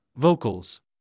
vocals